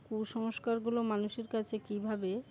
কুসংস্কারগুলো মানুষের কাছে কীভাবে